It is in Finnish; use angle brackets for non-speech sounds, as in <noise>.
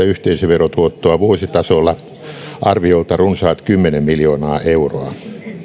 <unintelligible> yhteisöverotuottoa vuositasolla arviolta runsaat kymmenen miljoonaa euroa